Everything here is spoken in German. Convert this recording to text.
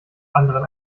anderen